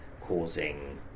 causing